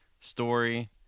story